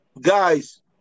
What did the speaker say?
guys